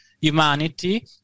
humanity